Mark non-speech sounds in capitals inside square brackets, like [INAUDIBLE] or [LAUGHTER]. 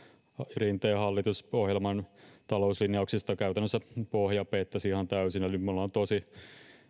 rinteen hallitusohjelman talouslinjauksista käytännössä pohja pettäisi ihan täysin eli me olemme tosi [UNINTELLIGIBLE] [UNINTELLIGIBLE]